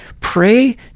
Pray